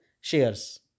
shares